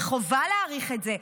וחובה להאריך את זה.